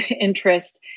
interest